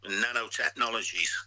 nanotechnologies